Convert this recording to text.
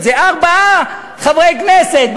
ארבעה חברי כנסת,